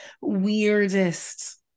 weirdest